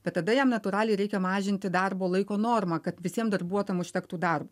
bet tada jam natūraliai reikia mažinti darbo laiko normą kad visiem darbuotojam užtektų darbo